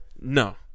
No